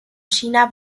china